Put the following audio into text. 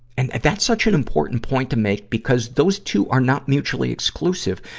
and, and that's such an important point to make because those two are not mutually exclusive.